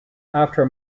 after